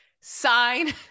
sign